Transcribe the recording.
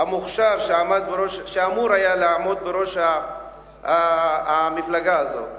המוכשר שאמור היה לעמוד בראש המפלגה הזאת.